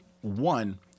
one